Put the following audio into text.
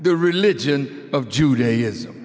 the religion of judaism